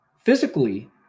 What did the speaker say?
physically